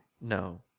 No